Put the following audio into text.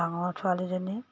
ডাঙৰ ছোৱালীজনী